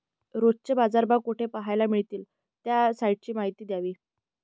रोजचे बाजारभाव कोठे पहायला मिळतील? त्या साईटची माहिती द्यावी